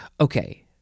Okay